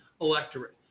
electorate